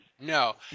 No